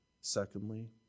Secondly